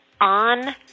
on